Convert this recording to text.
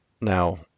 Now